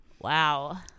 Wow